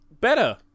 better